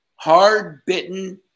hard-bitten